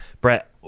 Brett